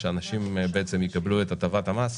שאנשים יקבלו את הטבת המס.